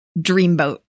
Dreamboat